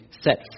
set